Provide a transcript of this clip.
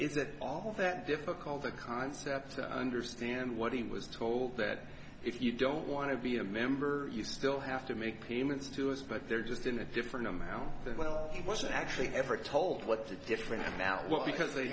that all that difficult a concept to understand what he was told that if you don't want to be a member you still have to make payments to us but they're just in a different amount that well he wasn't actually ever told what the different about what because they